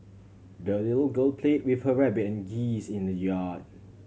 the little girl played with her rabbit and geese in the yard